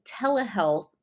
telehealth